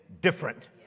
different